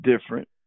different